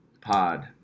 pod